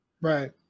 Right